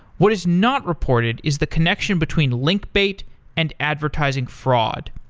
what is not reported is the connection between link-bait and advertising fraud.